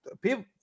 people